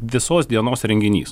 visos dienos renginys